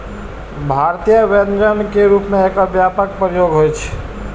भारतीय व्यंजन के रूप मे एकर व्यापक प्रयोग होइ छै